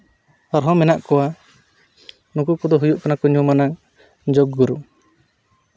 ᱟᱨᱦᱚᱸ ᱢᱮᱱᱟᱜ ᱠᱚᱣᱟ ᱱᱩᱠᱩ ᱠᱚᱫᱚ ᱠᱚ ᱦᱩᱭᱩᱜ ᱠᱟᱱᱟ ᱧᱩᱢ ᱟᱱᱟᱜ ᱡᱳᱜᱽ ᱜᱩᱨᱩ